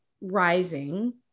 rising